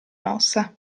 mossa